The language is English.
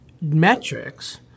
metrics